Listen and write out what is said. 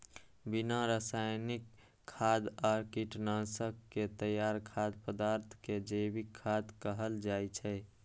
बिना रासायनिक खाद आ कीटनाशक के तैयार खाद्य पदार्थ कें जैविक खाद्य कहल जाइ छै